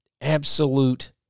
Absolute